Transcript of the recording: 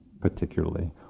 particularly